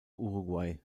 uruguay